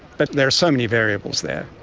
but there are so many variables there.